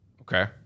Okay